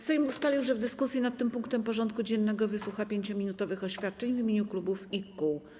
Sejm ustalił, że w dyskusji nad tym punktem porządku dziennego wysłucha 5-minutowych oświadczeń w imieniu klubów i kół.